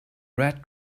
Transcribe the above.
red